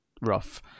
rough